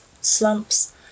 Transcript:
slumps